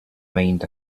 mind